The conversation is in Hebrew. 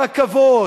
ברכבות,